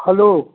hello